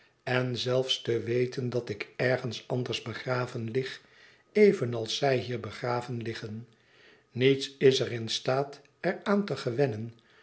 en zelfs te weten dat ik ergens anders begraven lig evenals zij hier begraven liggen niets is er in staat er aan te gewennen